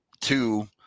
two